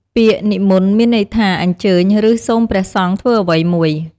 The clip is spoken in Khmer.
ពាក្យនិមន្ត មានន័យថា "អញ្ជើញ" ឬ "សូមព្រះសង្ឃធ្វើអ្វីមួយ"។